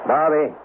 Bobby